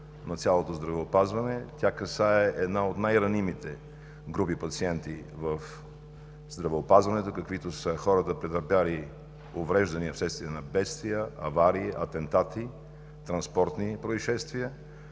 на цялото здравеопазване. Тя касае една от най ранимите групи пациенти в здравеопазването, каквито са хората, претърпели увреждания вследствие на бедствия, аварии, атентати, транспортни произшествия,